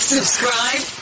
Subscribe